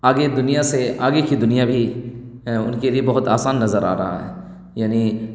آگے دنیا سے آگے کی دنیا بھی ان کے لیے بہت آسان نظر آ رہا ہے یعنی